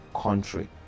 country